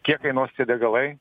kiek kainuos tie degalai